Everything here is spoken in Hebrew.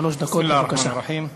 בסם אללה א-רחמאן א-רחים.